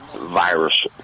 virus